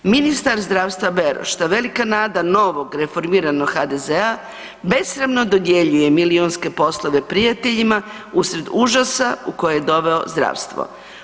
Ministar zdravstva Beroš, ta velika nada novog reformiranog HDZ-a besramno dodjeljuje milijunske poslove prijateljima usred užasa u koje je doveo zdravstvo.